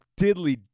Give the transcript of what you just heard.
diddly